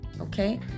okay